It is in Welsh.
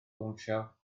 bownsio